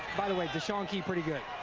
by the way, de'shawn key pretty good.